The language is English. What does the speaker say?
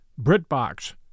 BritBox